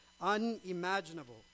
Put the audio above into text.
unimaginable